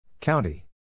County